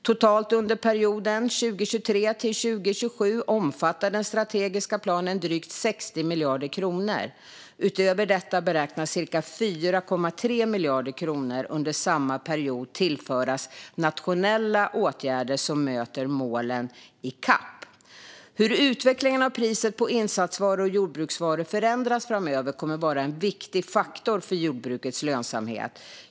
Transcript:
Totalt under perioden 2023-2027 omfattar den strategiska planen drygt 60 miljarder kronor. Utöver detta beräknas cirka 4,3 miljarder kronor under samma period tillföras nationella åtgärder som möter målen i CAP. Hur utvecklingen av priset på insatsvaror och jordbruksvaror förändras framöver kommer att vara en viktig faktor för jordbrukets lönsamhet.